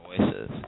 voices